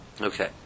Okay